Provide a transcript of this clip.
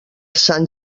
sant